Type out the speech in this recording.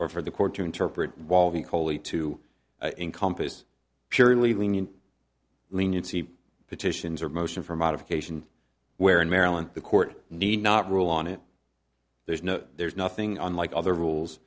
or for the court to interpret valving kohli to encompass purely lenient leniency petitions or motion for modification where in maryland the court need not rule on it there's no there's nothing unlike other rules